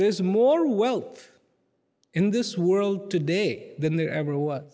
there's more wealth in this world today than there ever w